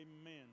Amen